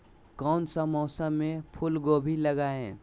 कौन सा मौसम में फूलगोभी लगाए?